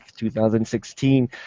2016